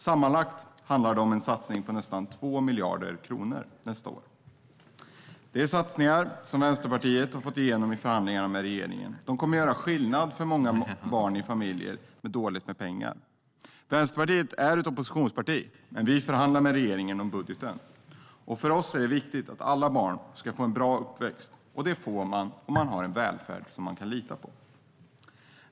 Sammanlagt handlar det om en satsning på nästan 2 miljarder kronor nästa år. Detta är satsningar som Vänsterpartiet har fått igenom i förhandlingarna med regeringen. De kommer att göra skillnad för många barn i familjer som har dåligt med pengar. Vänsterpartiet är ett oppositionsparti, men vi förhandlar med regeringen om budgeten. För oss är det viktigt att alla barn ska få en bra uppväxt. Det får de om man har en välfärd som man kan lita på.